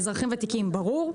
אזרחים ותיקים ברור,